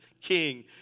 king